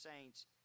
saints